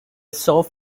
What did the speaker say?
soft